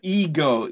ego